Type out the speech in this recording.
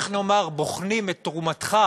איך נאמר, בוחנים את תרומתך